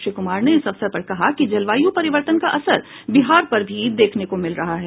श्री कुमार ने इस अवसर पर कहा कि जलवायु परिवर्तन का असर बिहार पर भी देखने को मिल रहा है